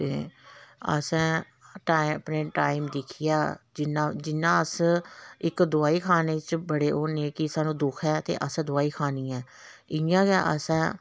ते असें टाइम अपने टाइम दिक्खियै जि'यां जि'यां अस इक दवाई खाने च बड़े होने कि सानूं दुक्ख ऐ ते अस दवाई खानी ऐ इ'यां गै असें